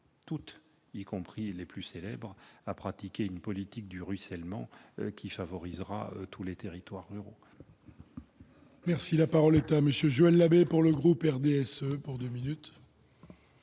métropoles, y compris les plus célèbres, à pratiquer une politique du ruissellement qui favorisera tous les territoires ruraux. La parole est à M. Joël Labbé, pour le groupe du Rassemblement